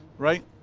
right.